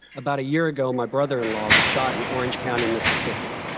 about a year ago my brother in law was shot in orange county, mississippi.